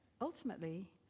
Ultimately